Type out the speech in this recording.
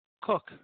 cook